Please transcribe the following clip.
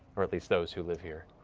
or at least those who live here.